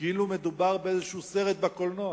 כאילו מדובר באיזה סרט בקולנוע,